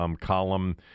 column